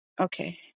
Okay